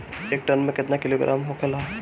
एक टन मे केतना किलोग्राम होखेला?